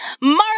Marley